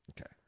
Okay